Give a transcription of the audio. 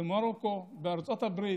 במרוקו, בארצות הברית,